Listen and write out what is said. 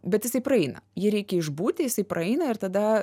bet jisai praeina jį reikia išbūti jisai praeina ir tada